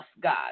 God